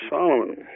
Solomon